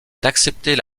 d’accepter